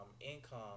income